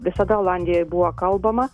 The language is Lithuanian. visada olandijoj buvo kalbama